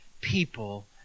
people